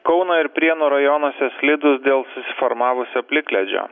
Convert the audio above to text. kauno ir prienų rajonuose slidūs dėl susiformavusio plikledžio